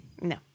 No